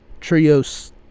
Trios